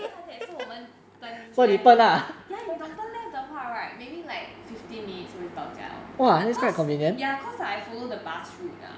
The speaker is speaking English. then after that so 我们 turn left 的话 ya 你懂 turn left 的话 right maybe like fifteen minutes 可以到家 lor cause ya I follow the bus route ah